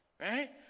Right